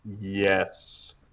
yes